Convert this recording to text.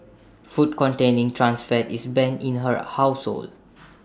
food containing trans fat is banned in her household